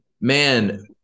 man